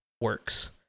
works